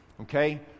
okay